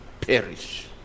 perish